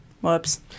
Whoops